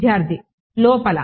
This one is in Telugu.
విద్యార్థి లోపల